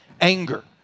anger